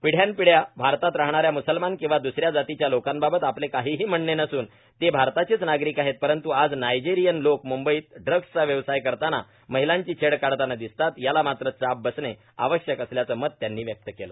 पिढ्यांनपिढ्या भारतात राहणाऱ्या मुसलमान किंवा दुसऱ्या जातीच्या लोकांबाबत आपले काहीही म्हणणे नसून ते भारताचेच नागरीक आहेत परंतू आज नायजेरियन लोक मुंबईत ड्रग्सच्या व्यवसाय करताना महिलांची छेड काढतांना दिसतात याला मात्र चाप बसणे आवश्यक असल्याचं मत त्यांनी व्यक्त केलं